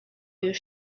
już